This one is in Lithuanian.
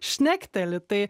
šnekteli tai